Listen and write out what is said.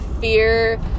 fear